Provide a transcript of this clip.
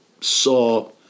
saw